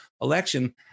election